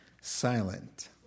silent